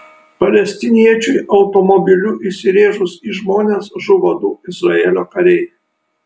palestiniečiui automobiliu įsirėžus į žmonės žuvo du izraelio kariai